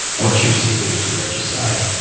what you're seeing is regicide.